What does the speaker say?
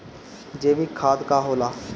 जैवीक खाद का होला?